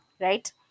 right